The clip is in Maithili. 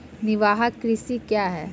निवाहक कृषि क्या हैं?